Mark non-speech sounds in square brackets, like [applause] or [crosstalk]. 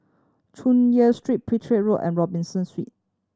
Chu Yen Street Petir Road and Robinson [unintelligible]